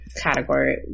category